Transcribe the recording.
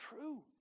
true